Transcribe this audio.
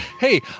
Hey